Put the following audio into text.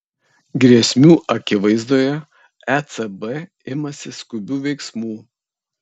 grėsmių akivaizdoje ecb imasi skubių veiksmų